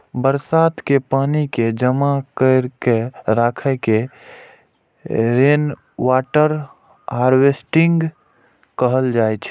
बरसात के पानि कें जमा कैर के राखै के रेनवाटर हार्वेस्टिंग कहल जाइ छै